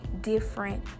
different